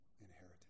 inheritance